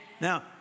Now